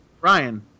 Ryan